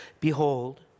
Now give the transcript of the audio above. behold